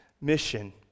mission